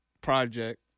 Project